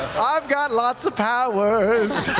i've got lots of powers!